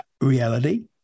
reality